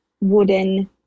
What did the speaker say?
wooden